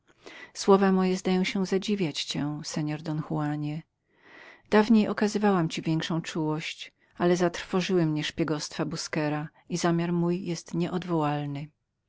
słowa moje zdają się zadziwiać cię seor don juanie dawniej okazywałam ci większą czułość ale zatrwożyły mnie szpiegostwa busquera i zamiar mój jest niecofnionym